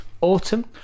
autumn